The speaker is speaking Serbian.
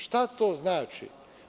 Šta to znači?